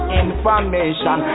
information